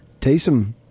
Taysom